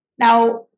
Now